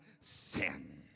sin